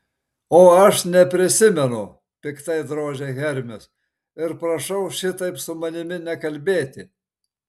o aš neprisimenu piktai drožia hermis ir prašau šitaip su manimi nekalbėti